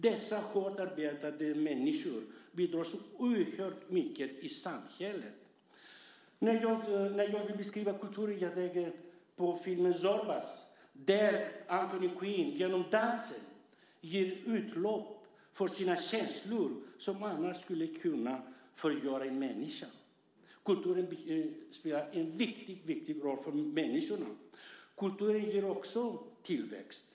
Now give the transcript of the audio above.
Dessa hårt arbetande människor bidrar med så oerhört mycket i samhället. När jag vill beskriva kulturen tänker jag på filmen Zorba , där Anthony Quinn genom dansen ger utlopp för sina känslor som annars skulle kunna förgöra en människa. Kulturen spelar en viktig roll för människorna. Kulturen ger också tillväxt.